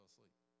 asleep